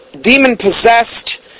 demon-possessed